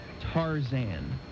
Tarzan